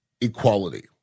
equality